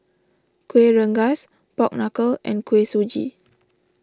Kueh Rengas Pork Knuckle and Kuih Suji